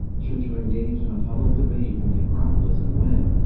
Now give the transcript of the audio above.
should you engage in a public debate in the acropolis and win,